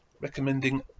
recommending